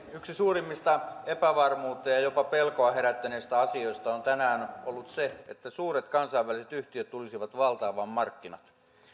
yksi suurimmista epävarmuutta ja ja jopa pelkoa herättäneistä asioista on tänään ollut se että suuret kansainväliset yhtiöt tulisivat valtaamaan markkinat